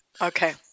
Okay